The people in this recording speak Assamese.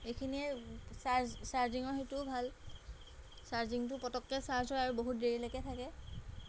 এইখিনিয়ে চাৰ্জ চাৰ্জিঙৰ সেইটোও ভাল চাৰ্জিংটো পটককৈ চাৰ্জ হয় আৰু বহুত দেৰিলৈকে থাকে